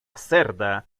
cerda